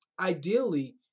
ideally